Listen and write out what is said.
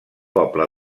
poble